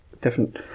different